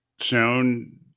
shown